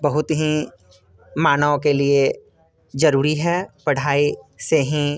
बहुत ही मानव के लिए ज़रूरी है पढ़ाई से ही